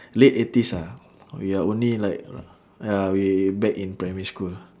late eighties ah we are only like ya we back in primary school